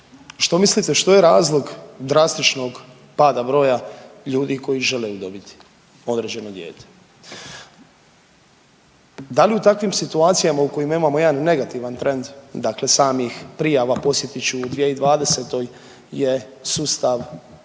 što mislite što je razlog drastičnog pada broja ljudi koji žele udomiti određeno dijete? Da li u takvim situacijama u kojima imamo jedan negativan trend dakle samih prijava, podsjetit ću u 2020. je sustav